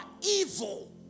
evil